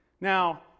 Now